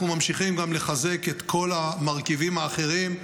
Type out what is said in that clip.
אנחנו ממשיכים גם לחזק את כל המרכיבים האחרים.